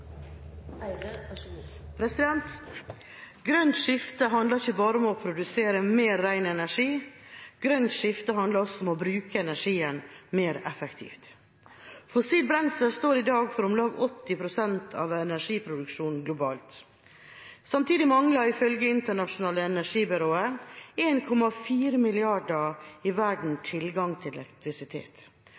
Grønt skifte handler ikke bare om å produsere mer ren energi, grønt skifte handler også om å bruke energien mer effektivt. Fossilt brensel står i dag for om lag 80 pst. av energiproduksjonen globalt. Samtidig mangler, ifølge Det internasjonale energibyrået, 1,4 milliarder i verden tilgang til elektrisitet.